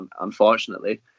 unfortunately